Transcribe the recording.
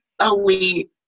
elite